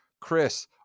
Chris